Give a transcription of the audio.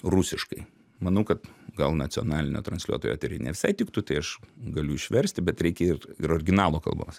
rusiškai manau kad gal nacionalinio transliuotojo etery nevisai tiktų tai aš galiu išversti bet reikia ir ir originalo kalbos